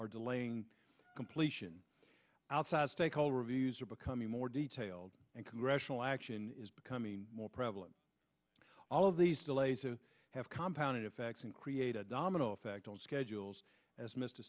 are delaying completion outside stakeholder reviews are becoming more detailed and congressional action is becoming more prevalent all of these delays to have compound effects and create a domino effect on schedules as m